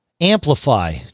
amplify